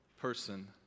person